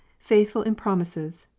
faithful in promises.